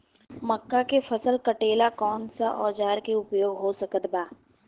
मक्का के फसल कटेला कौन सा औजार के उपयोग हो सकत बा?